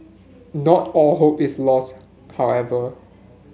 not all hope is lost however